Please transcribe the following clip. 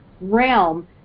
realm